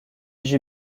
jeu